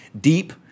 Deep